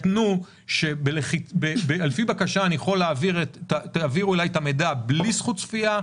תכתבו שעל פי בקשה תעבירו אליי את המידע בלי זכות צפייה,